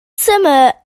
summer